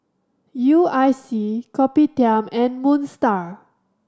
U I C Kopitiam and Moon Star